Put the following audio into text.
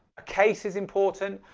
a case is important,